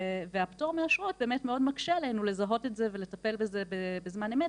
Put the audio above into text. הפטור מאשרות באמת מאוד מקשה עלינו לזהות את זה ולטפל בזה בזמן אמת,